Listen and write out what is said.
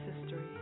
history